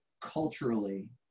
culturally